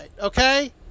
Okay